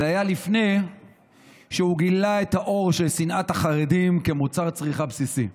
זה היה לפני שהוא גילה את האור של שנאת החרדים כמוצר צריכה בסיסי.